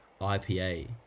IPA